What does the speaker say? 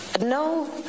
No